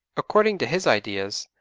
according to his ideas,